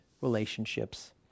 relationships